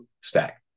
stack